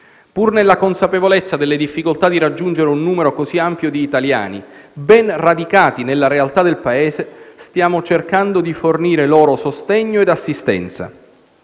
Pur nella consapevolezza delle difficoltà di raggiungere un numero così ampio di italiani, ben radicati nella realtà del Paese, stiamo cercando di fornire loro sostegno e assistenza,